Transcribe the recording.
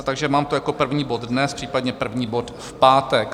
Takže to mám jako první bod dnes, případně první bod v pátek.